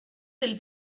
del